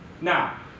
now